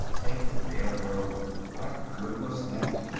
take the railroad, what good was that?